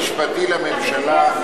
היועץ המשפטי לממשלה,